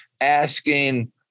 asking